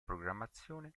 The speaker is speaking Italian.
programmazione